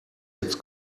jetzt